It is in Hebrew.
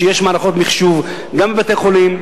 מכיוון שיש מערכות מחשוב גם בבתי-חולים,